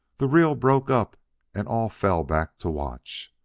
the reel broke up and all fell back to watch.